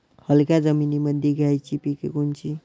हलक्या जमीनीमंदी घ्यायची पिके कोनची?